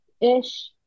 ish